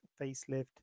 facelift